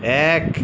এক